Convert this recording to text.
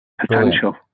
potential